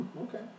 Okay